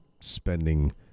spending